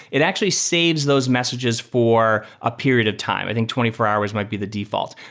it actually saves those messages for a period of time. i think twenty four hours might be the default,